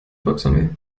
volksarmee